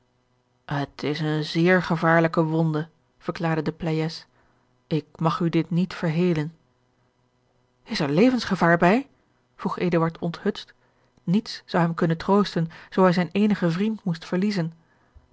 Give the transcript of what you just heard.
het is eene zeer gevaarlijke wonde verklaarde de pleyes ik mag u dit niet verhelen is er levensgevaar bij vroeg eduard onthutst niets zou hem kunnen troosten zoo hij zijn eenigen vriend moest verliezen